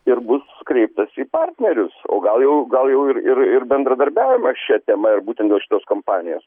ir bus kreiptasi į partnerius o gal jau gal jau ir ir ir bendradarbiavimą šia tema ir būtent va šitos kompanijos